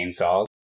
chainsaws